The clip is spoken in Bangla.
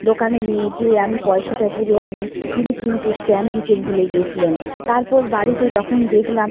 দোকানে নিয়ে যেয়ে আমি পয়সাটা তুলে আনি তিনি কিন্তু স্ট্যাম্প দিতে ভুলে গিয়েছিলেন তারপর বাড়িতে যখন দেখলাম